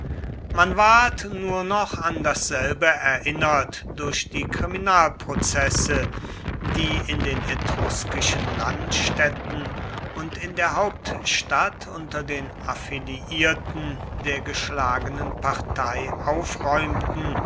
man ward nur noch an dasselbe erinnert durch die kriminalprozesse die in den etruskischen landstädten und in der hauptstadt unter den affiliierten der geschlagenen partei aufräumten